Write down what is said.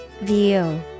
View